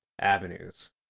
avenues